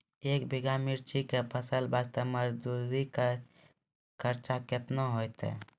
एक बीघा मिर्ची के फसल वास्ते मजदूरी खर्चा केतना होइते?